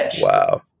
wow